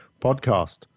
podcast